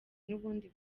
n’ubundi